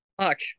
fuck